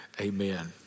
amen